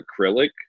acrylic